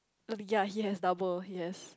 ya he has double he has